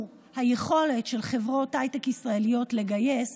היכולת של חברות הייטק ישראליות לגייס